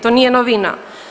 To nije novina.